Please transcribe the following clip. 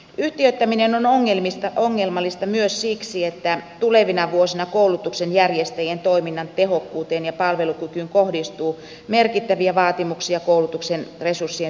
yhtiöittäminen on ongelmallista myös siksi että tulevina vuosina koulutuksen järjestäjien toiminnan tehokkuuteen ja palvelukykyyn kohdistuu merkittäviä vaatimuksia koulutuksen resurssien leikkaamisen vuoksi